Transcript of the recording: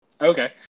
Okay